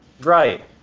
right